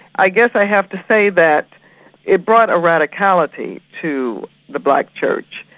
i guess i have to say that it brought a radicality to the black church.